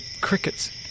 crickets